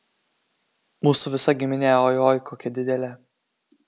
mūsų visa giminė oi oi kokia didelė